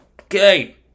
okay